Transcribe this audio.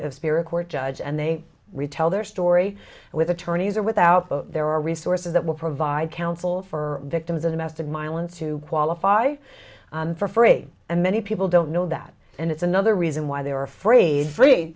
of spirit court judge and they re tell their story with attorneys or without the there are resources that will provide counsel for victims of domestic mylan to qualify for free and many people don't know that and it's another reason why they are afraid free